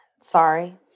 Sorry